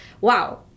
wow